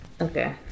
Okay